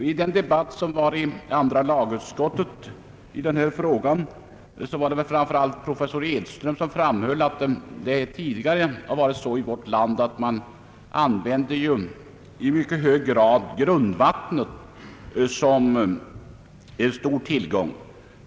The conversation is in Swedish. Vid den debatt som fördes i andra lagutskottet i denna fråga framhöll framför allt professor Edström att man tidigare i vårt land i mycket hög grad använde grundvattnet som en stor tillgång.